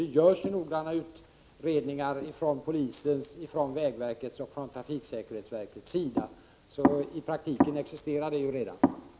Det görs noggranna utredningar från polisens, vägverkets och trafiksäkerhetsverkets sida. I praktiken existerar det således en haverikommission.